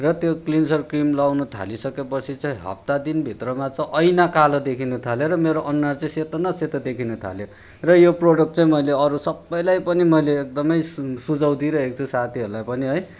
र त्यो cleanser cream लगाउनु थालिसकेपछि चाहिँ हप्ता दिनभित्रमा चाहिँ ऐना कालो देखिनुथाल्यो र मेरो अनुहार चाहिँ सेतो न सेतो देखिनुथाल्यो र यो प्रडक्ट चाहिँ मैले अरू सबैलाई पनि मैले एकदमै सु सुझाउ दिइरहेको छु साथीहरूलाई पनि है